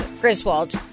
Griswold